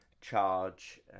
charge